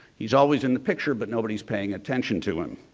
he's always in the picture, but nobody is paying attention to him.